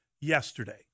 yesterday